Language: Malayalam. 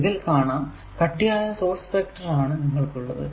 ഇതിൽ കാണാം കട്ടിയായ സോഴ്സ് വെക്റ്റർ ആണ് നിങ്ങൾക്കുള്ളത്